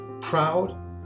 proud